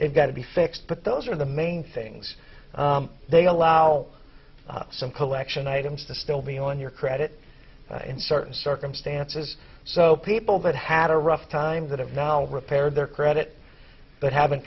they've got to be fixed but those are the main things they allow some collection items to still be on your credit in certain circumstances so people that had a rough time that have now repaired their credit but haven't